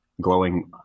glowing